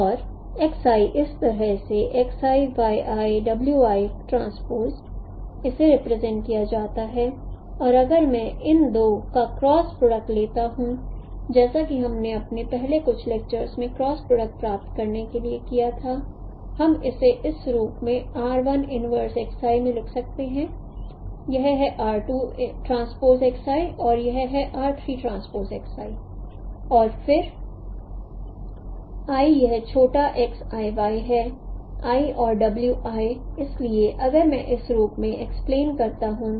और इस तरह से इसे रिप्रेजेंट किया जाता है और अगर मैं इन दो का क्रॉस प्रोडक्ट लेता हूं जैसा कि हमने अपने पहले कुछ लेक्चर में क्रॉस प्रोडक्ट प्राप्त करने के लिए किया था हम इसे इस रूप में लिख सकते हैं यह है और यह है और फिर i i यह छोटा x i y है i और w i इसलिए अगर मैं इस रूप में एक्सप्लेन करता हूं